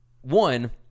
one